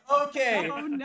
okay